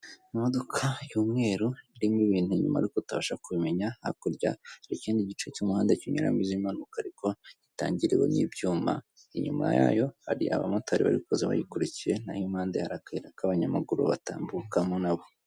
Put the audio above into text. Imodoka y'umweru, irimo ibintu inyuma ariko utabasha kumenya, hakurya hari ikindi gice cy'umuhanda kinyuramo izimanuka, ariko gitangiriwe n'ibyuma, inyuma yayo hari abamotari bari kuza bayikurikiye, na ho impande hari akayira k'abanyamaguru batambukamo na bo.